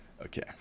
Okay